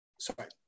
Sorry